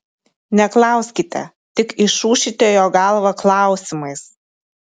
neklauskite tik išūšite jo galvą klausimais